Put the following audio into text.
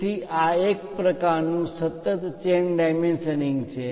તેથી આ એક પ્રકારનું સતત ચેન ડાયમેન્શનિંગ છે